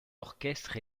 orchestres